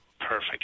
perfect